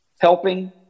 helping